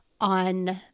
on